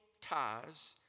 ties